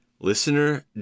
Listener